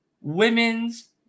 women's